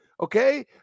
okay